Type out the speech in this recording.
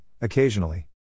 occasionally